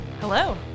Hello